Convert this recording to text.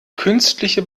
künstliche